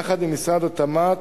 יחד עם משרד התמ"ת,